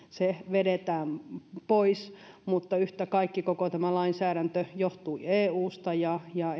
vedetään pois yhtä kaikki koko tämä lainsäädäntö johtui eusta ja ja